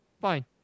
fine